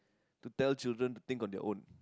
to tell children to think on their own